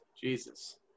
Jesus